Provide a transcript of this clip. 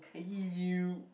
[eww]